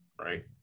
right